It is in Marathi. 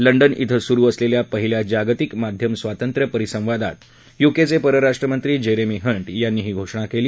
लंडन इथं सुरु असलेल्या पहिल्या जागतिक माध्यम स्वातंत्र्य परिसंवादात युकेचे परराष्ट्रमंत्री जेरेमी हंट यांनी ही घोषणा केली